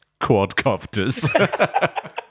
quadcopters